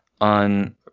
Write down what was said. on